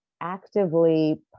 actively